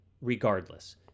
regardless